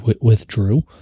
withdrew